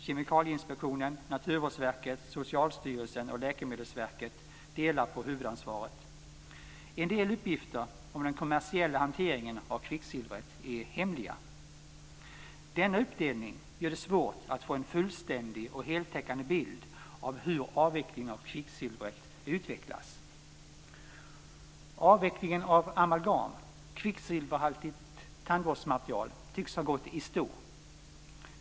Kemikalieinspektionen, Naturvårdsverket, Socialstyrelsen och Läkemedelsverket delar på huvudansvaret. En del uppgifter om den kommersiella hanteringen av kvicksilver är hemliga. Denna uppdelning gör det svårt att få en fullständig och heltäckande bild av hur avvecklingen av kvicksilver utvecklas. Avvecklingen av amalgam, kvicksilverhaltigt tandvårdsmaterial, tycks ha gått i stå.